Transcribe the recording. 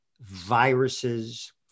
viruses